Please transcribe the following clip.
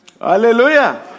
Hallelujah